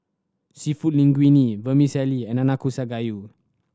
Seafood Linguine Vermicelli and Nanakusa Gayu